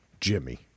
Jimmy